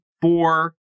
four